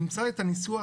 נמצא את הניסוח.